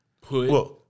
put